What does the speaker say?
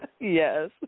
Yes